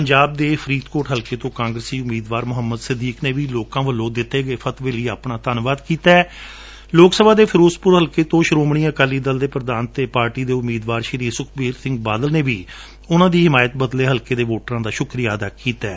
ਪੰਜਾਬ ਦੇ ਫਰੀਦਕੋਟ ਹਲਕੇ ਤੋ ਕਾਂਗਰਸੀ ਉਮੀਦਵਾਰ ਮੁਹੰਮਦ ਸਦੀਕ ਨੇ ਲੋਕਾ ਵੱਲੋ ਦਿੱਤੇ ਗਏ ਫਤਵੇ ਲਈ ਆਪਣਾ ਧੰਨਵਾਦ ਕਿਹੈ ਅਤੇ ਲੋਕ ਸਭਾ ਦੇ ਫਿਰੋਜ਼ਪੁਰ ਹਲਕੇ ਤੋਂ ਐਸ ਏ ਡੀ ਦੇ ਪ੍ਰਧਾਨ ਅਤੇ ਪਾਰਟੀ ਦੇ ਉਮੀਦਵਾਰ ਸੁਖਬੀਰ ਸਿੰਘ ਬਾਦਲ ਨੇ ਵੀ ਉਨਾਂ ਦੀ ਹਿਮਾਇਤ ਬਦਲੇ ਹਲਕੇ ਦੇ ਵੋਟਰਾਂ ਦਾ ਸੂਕਰੀਆ ਅਦਾ ਕੀਤੈ